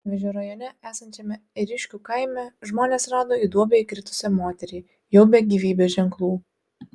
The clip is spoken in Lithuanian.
panevėžio rajone esančiame ėriškių kaime žmonės rado į duobę įkritusią moterį jau be gyvybės ženklų